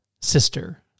sister